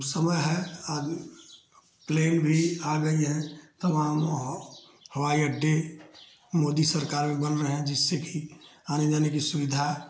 समय है आज प्लेन भी आ गया है तमाम ह हवाई अड्डे मोदी सरकार में बन रहे हैं जिससे कि आने जाने की सुविधा